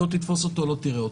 לא תתפוס אותו, לא תראה אותו.